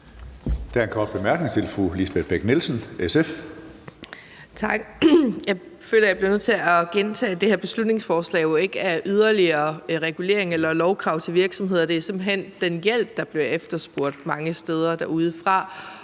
Jeg føler, at jeg bliver nødt til at gentage, at det her beslutningsforslag jo ikke handler om yderligere regulering eller lovkrav til virksomheder; det er simpelt hen den hjælp, der bliver efterspurgt mange steder derude,